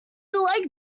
like